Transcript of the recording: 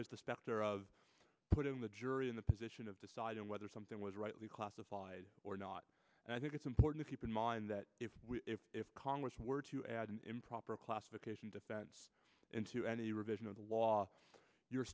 the specter of putting the jury in the position of deciding whether something was rightly classified or not and i think it's important to keep in mind that if if if congress were to add an improper classification to that into any revision of the law you're